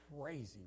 crazy